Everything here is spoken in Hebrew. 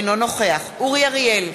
אינו נוכח אורי אריאל,